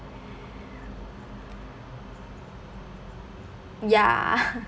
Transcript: ya